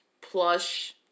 plush